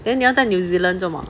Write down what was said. then 你要在 new zealand 做么